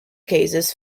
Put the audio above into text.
cases